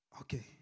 okay